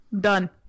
Done